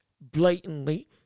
blatantly